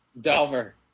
Delver